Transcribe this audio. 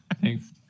thanks